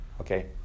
Okay